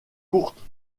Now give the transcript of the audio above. courte